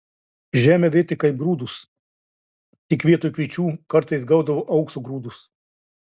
žemę vėtė kaip grūdus tik vietoj kviečių kartais gaudavo aukso grūdus